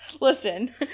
listen